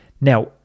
Now